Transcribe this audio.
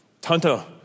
Tonto